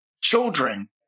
children